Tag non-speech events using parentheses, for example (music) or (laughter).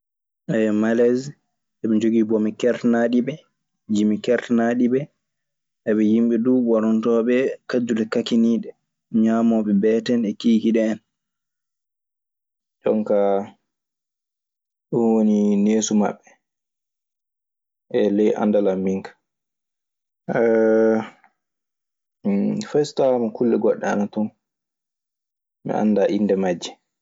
(hesitation) maleesi eɓe jogii bomi kertanaaɗiɓe, jimi kertanɗiɓe. Ɓe duu yimɓe ɓornotooɓe kaddule kakiniɗe, ŋamoɓe beete e kiikiiɗe hen. Jonkaa ɗun woni neesu maɓɓe e ley anndal an minka. (hesitation) Fay so tawaama kulle goɗɗe ana ton, mi anndaa innde majje.